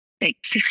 Thanks